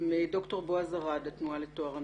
ד"ר בעז ארד, התנועה לטוהר המידות.